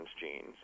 genes